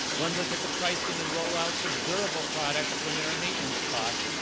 one looked at the pricing and roll outs of durable products when there are maintenance costs.